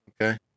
Okay